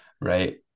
right